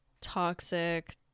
Toxic